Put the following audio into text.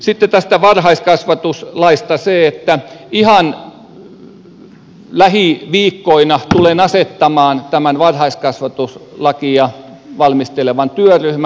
sitten tästä varhaiskasvatuslaista se että ihan lähiviikkoina tulen asettamaan tämän varhaiskasvatuslakia valmistelevan työryhmän